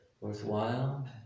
worthwhile